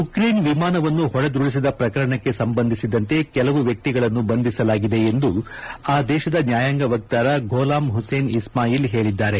Ukraine ವಿಮಾನವನ್ನು ಹೊಡೆದುರುಳಿಸಿದ ಪ್ರಕರಣಕ್ಕೆ ಸಂಬಂಧಿಸಿದಂತೆ ಕುರಿತಂತೆ ಕೆಲವು ವ್ಯಕ್ತಿಗಳನ್ನು ಬಂಧಿಸಲಾಗಿದೆ ಎಂದು ಆ ದೇಶದ ನ್ವಾಯಾಂಗ ವಕ್ತಾರ ಫೋಲಾಮ್ ಹುಸೇನ್ ಇಸ್ಲಾಯಿಲ್ ಹೇಳಿದ್ದಾರೆ